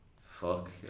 fuck